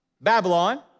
Babylon